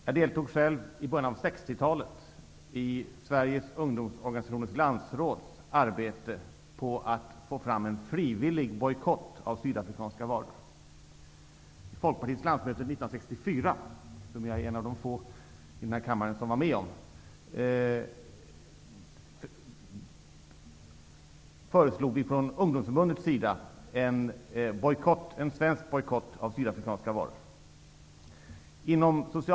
Jag deltog själv i början av 60-talet i Sveriges ungdomsorganisationers landsråds arbete med få fram en frivillig bojkott av Vid Folkpartiets landsmöte 1964 -- jag är en av de få i denna kammare som deltog där -- föreslog vi från ungdomsförbundets sida en svensk bojkott av sydafrikanska varor.